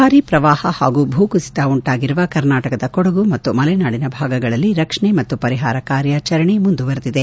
ಭಾರಿ ಪ್ರವಾಹ ಹಾಗೂ ಭೂಕುಸಿತ ಉಂಟಾಗಿರುವ ಕರ್ನಾಟಕದ ಕೊಡಗು ಮತ್ತು ಮಲೆನಾಡಿನ ಭಾಗದ ಇತರ ಭಾಗಗಳಲ್ಲಿ ರಕ್ಷಣೆ ಮತ್ತು ಪರಿಹಾರ ಕಾರ್ಯಾಚರಣೆ ಮುಂದುವರೆದಿದೆ